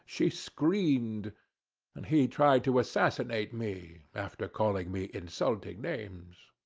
she screamed and he tried to assassinate me after calling me insulting names.